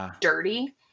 dirty